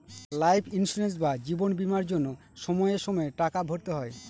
life insurance বা জীবন বীমার জন্য সময়ে সময়ে টাকা ভরতে হয়